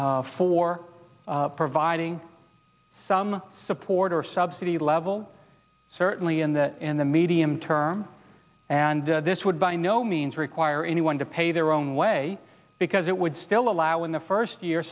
for providing some support or subsidy level certainly in the in the medium term and this would by no means require anyone to pay their own way because it would still allow in the first year